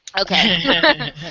Okay